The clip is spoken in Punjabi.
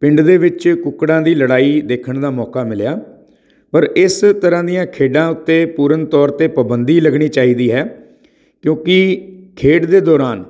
ਪਿੰਡ ਦੇ ਵਿੱਚ ਕੁੱਕੜਾਂ ਦੀ ਲੜਾਈ ਦੇਖਣ ਦਾ ਮੌਕਾ ਮਿਲਿਆ ਪਰ ਇਸ ਤਰ੍ਹਾਂ ਦੀਆਂ ਖੇਡਾਂ ਉੱਤੇ ਪੂਰਨ ਤੌਰ 'ਤੇ ਪਾਬੰਦੀ ਲੱਗਣੀ ਚਾਹੀਦੀ ਹੈ ਕਿਉਂਕਿ ਖੇਡ ਦੇ ਦੌਰਾਨ